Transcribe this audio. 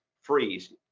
Freeze